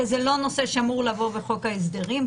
שזה לא נושא שאמור לבוא בחוק ההסדרים,